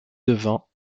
devant